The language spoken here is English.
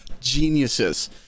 geniuses